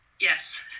Yes